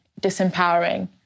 disempowering